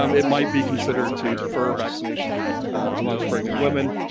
um it might be considered to defer vaccination amongst pregnant women.